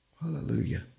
Hallelujah